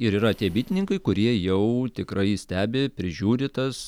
ir yra tie bitininkai kurie jau tikrai stebi prižiūri tas